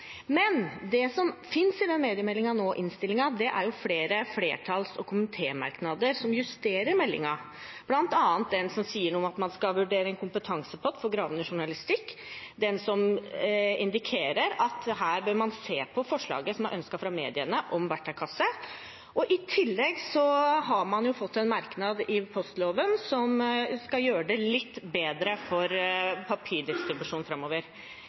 Men det som nå finnes i innstillingen til mediemeldingen, er flere flertalls- og komitémerknader som justerer meldingen, bl.a. den som sier noe om at man skal vurdere en kompetansepott for gravende journalistikk, og den som indikerer at man bør se på forslaget om verktøykasse, som er ønsket fra mediene. I tillegg har man fått en merknad i postloven som skal gjøre det litt bedre for papirdistribusjonen framover.